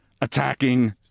attacking